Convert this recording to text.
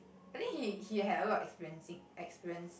I think he he had a lot of experiencing experience